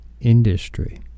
industry